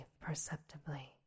perceptibly